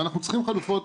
אנחנו צריכים חלופות.